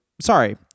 Sorry